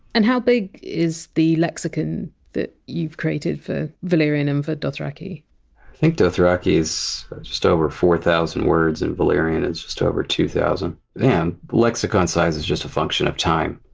and how big is the lexicon that you've created for valyrian and for dothraki? i think dothraki is just over four thousand words and valyrian is just over two thousand. yeah lexicon size is just a function of time.